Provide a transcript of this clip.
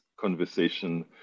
conversation